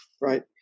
right